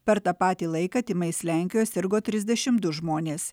per tą patį laiką tymais lenkijoj sirgo trisdešim du žmonės